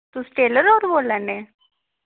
तुस टेलर होर बोला ने